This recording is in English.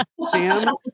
Sam